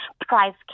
price